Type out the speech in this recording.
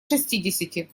шестидесяти